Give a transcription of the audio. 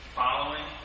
following